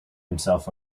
himself